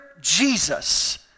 Jesus